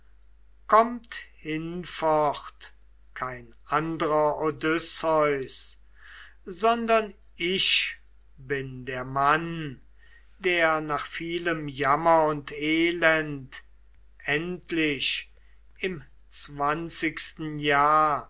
kommt hinfort kein andrer odysseus sondern ich bin der mann der nach vielem jammer und elend endlich im zwanzigsten jahr